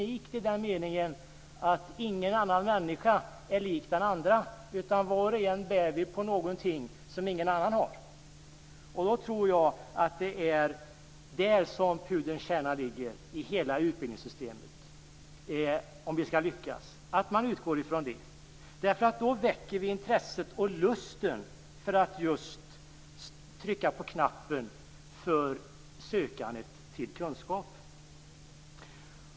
Ingen annan människa är lik den andra, utan var och en bär vi på någonting som ingen annan har. Jag tror att det är pudelns kärna i hela utbildningssystemet, att det är det vi måste utgå från om vi skall lyckas. Då väcker vi intresset och lusten för sökandet efter kunskap.